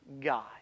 God